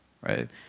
right